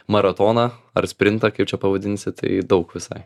maratoną ar sprintą kaip čia pavadinsi tai daug visai